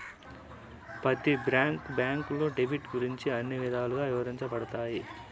ప్రతి బ్యాంకులో డెబిట్ గురించి అన్ని విధాలుగా ఇవరించబడతాయి